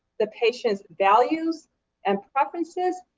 the patients' values and preferences,